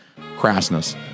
crassness